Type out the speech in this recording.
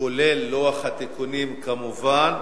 כולל לוח התיקונים כמובן,